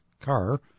car